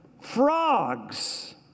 Frogs